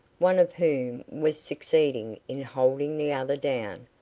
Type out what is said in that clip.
one of whom was succeeding in holding the other down,